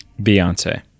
Beyonce